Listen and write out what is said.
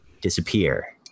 Disappear